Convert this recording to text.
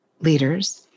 leaders